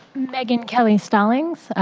meghan kelly-stallings,